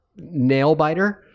Nailbiter